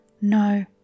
No